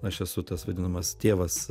aš esu tas vadinamas tėvas